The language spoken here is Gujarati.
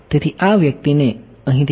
તેથી આ વ્યક્તિને અહીંથી બહાર લઈ જઈ શકાય છે